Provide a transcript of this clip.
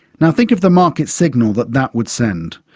now, think of the market signal that that would send.